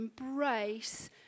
embrace